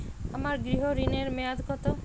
আমার গৃহ ঋণের মেয়াদ কত?